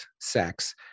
sex